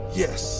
yes